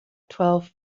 twelve